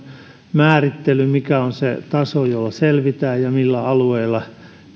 määrittely mikä on se taso jolla selvitään ja millä alueilla